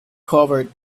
covered